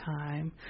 time